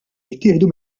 jittieħdu